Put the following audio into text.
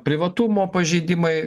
privatumo pažeidimai